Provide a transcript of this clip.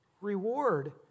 reward